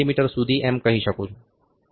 મી સુધી એમ કહી શકું છું